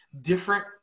different